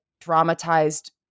dramatized